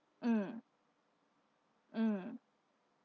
mm mm